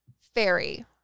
fairy